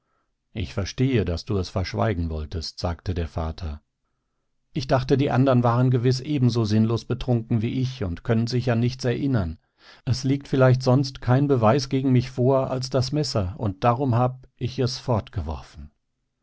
ich verstehe daß du es verschweigen wolltest sagte der vater ich dachte die andern waren gewiß ebenso sinnlos betrunken wie ich und können sich an nichts erinnern es liegt vielleicht sonst kein beweis gegen mich vor als das messer und darum hab ich es